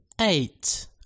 Eight